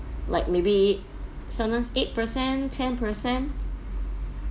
like maybe sometimes eight percent ten percent